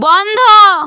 বন্ধ